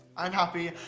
i'm happy.